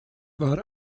war